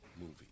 movie